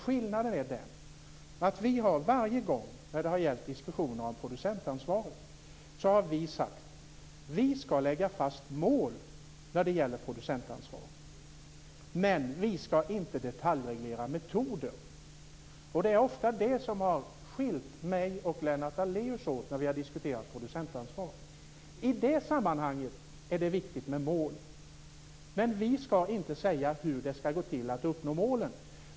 Skillnaden är den att vi, varje gång när det har gällt diskussioner om producentansvaret, har sagt att vi skall lägga fast mål för detta, men vi skall inte detaljreglera metoderna. Det är ofta detta som har skiljt mig och Lennart Daléus åt när vi diskuterat producentansvar. I det sammanhanget är det viktigt med mål. Men vi skall inte säga hur det skall gå till att uppnå målen.